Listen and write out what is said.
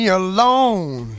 alone